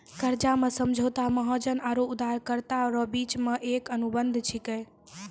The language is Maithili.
कर्जा समझौता महाजन आरो उदारकरता रो बिच मे एक अनुबंध छिकै